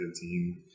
team